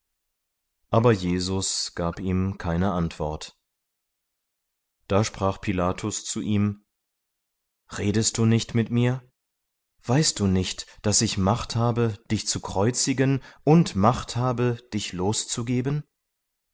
aber jesus gab ihm keine antwort da sprach pilatus zu ihm redest du nicht mit mir weißt du nicht daß ich macht habe dich zu kreuzigen und macht habe dich loszugeben